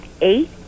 eight